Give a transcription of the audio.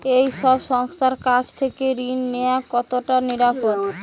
এই সব সংস্থার কাছ থেকে ঋণ নেওয়া কতটা নিরাপদ?